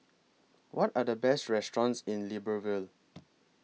What Are The Best restaurants in Libreville